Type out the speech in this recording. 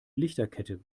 lichterkette